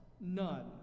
None